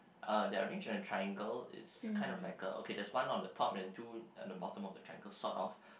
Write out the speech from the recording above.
uh there are arranged in a triangle it's kind of like a okay there's one at the top and two at the bottom of the triangle sort of